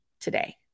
today